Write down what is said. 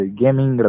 gaming